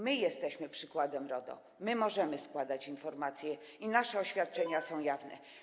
My jesteśmy przykładem RODO, my możemy składać informacje i nasze oświadczenia są jawne.